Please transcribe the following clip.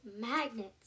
magnets